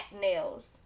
nails